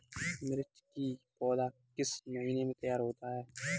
मिर्च की पौधा किस महीने में तैयार होता है?